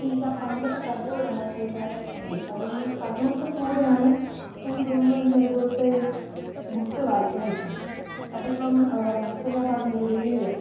അപ്പോൾ എനിക്കാ പണ്ടത്തെ കഥകൾ കാണാൻ കേൾക്കാൻ ഭയങ്കര ഇഷ്ടം അതുകൊണ്ട് അതുകൊണ്ടു കൂടെയാണ് എനിക്ക് തോന്നുന്നു എനിക്കതുപോലത്തെ ഇത് ബുക്ക്സ് വായിക്കാനിഷ്ടം അപ്പം ഇപ്പം ഇപ്പോൾ ഞാൻ പറഞ്ഞപോലെ വേരുകൾ